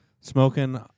Smoking